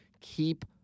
keep